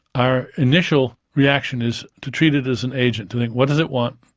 our initial reaction is to treat it as an agent to think what does it want?